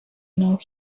know